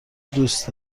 دوست